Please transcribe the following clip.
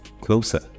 closer